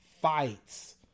fights